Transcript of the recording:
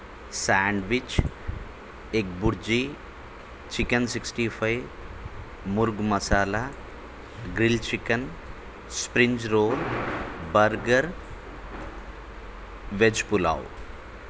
sandwich egg bhurji chicken sixty five murgh masala grill chicken spring roll burger veg pulao